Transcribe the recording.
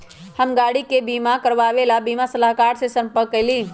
हम गाड़ी के बीमा करवावे ला बीमा सलाहकर से संपर्क कइली